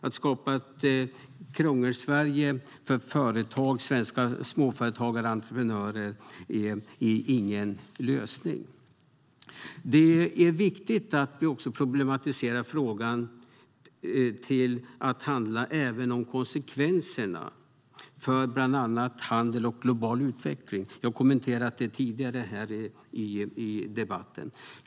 Att skapa ett Krångelsverige för svenska småföretagare och entreprenörer är ingen lösning. Det är viktigt att problematisera frågan till att handla även om konsekvenserna för bland annat handel och global utveckling - jag har kommenterat det tidigare i debatten.